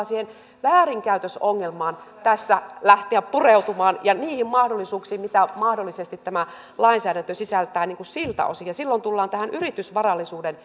siihen väärinkäytösongelmaan tässä lähteä pureutumaan ja niihin mahdollisuuksiin mitä mahdollisesti tämä lainsäädäntö sisältää siltä osin silloin tullaan tähän yritysvarallisuuden